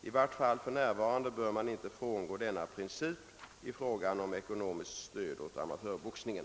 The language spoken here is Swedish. I vart fall för närvarande bör man inte frångå denna princip i frågan om ekonomiskt stöd åt amatörboxningen.